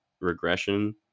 regression